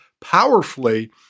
powerfully